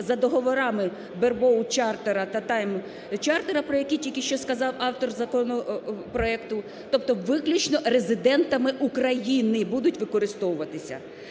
за договорами бербоут-чартеру та тайм-чартеру, про які тільки що сказав автор законопроекту, тобто виключно резидентами України будуть використовуватися.